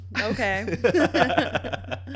Okay